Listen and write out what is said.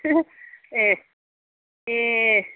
ए ए